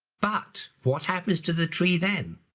but what happens to the tree then?